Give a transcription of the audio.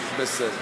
בסדר.